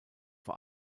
vor